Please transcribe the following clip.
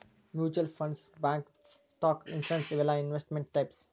mutual funds bonds stock insurance ಇವೆಲ್ಲಾ investment types